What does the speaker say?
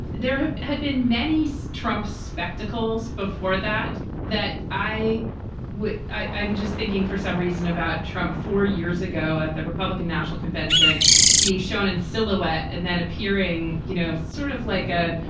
there have had been many so trump spectacles before that that i would. i'm just thinking for some reason about trump four years ago at the republican national convention being shown in silhouette and then appearing, you know, sort of like a